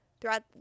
Throughout